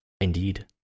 indeed